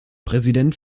präsident